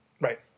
Right